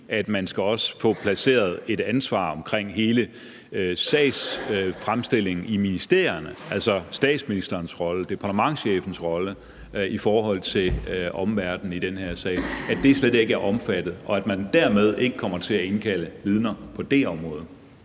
at man også skal have placeret et ansvar omkring hele sagsfremstillingen i ministerierne, altså statsministerens rolle og departementschefens rolle i forhold til omverdenen i den her sag, slet ikke er omfattet, og at man dermed ikke kommer til at indkalde vidner på det område?